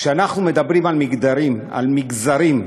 כשאנחנו מדברים על מגדרים, על מגזרים,